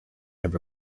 have